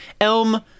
Elm